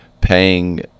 paying